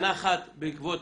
שנה אחת בעקבות